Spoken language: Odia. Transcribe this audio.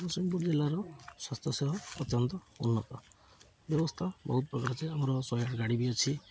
ନରସିଂପୁର ଜିଲ୍ଲାର ସ୍ୱାସ୍ଥ୍ୟସେବା ଅତ୍ୟନ୍ତ ଉନ୍ନତ ବ୍ୟବସ୍ଥା ବହୁତ ପ୍ରକାର ଅଛି ଆମର ଶହେଟି ଗାଡ଼ି ବି ଅଛି